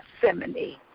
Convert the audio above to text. Gethsemane